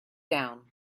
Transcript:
down